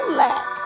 lack